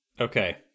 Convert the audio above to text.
Okay